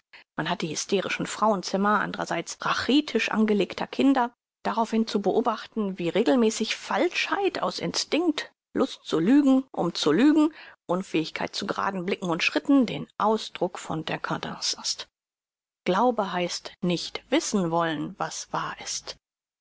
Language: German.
man hat die hysterischen frauenzimmer andrerseits rhachitisch angelegte kinder darauf hin zu beobachten wie regelmäßig falschheit aus instinkt lust zu lügen um zu lügen unfähigkeit zu geraden blicken und schritten der ausdruck von dcadence ist glaube heißt nicht wissenwollen was wahr ist